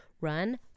run